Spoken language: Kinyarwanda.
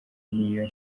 n’iyo